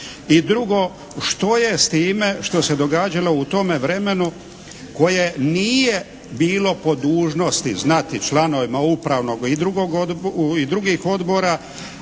I drugo što je s time što se događalo u tome vremenu koje nije bilo po dužnosti znati članovima Upravnog i drugih odbora,